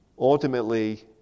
Ultimately